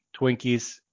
Twinkies